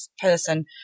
person